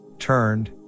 turned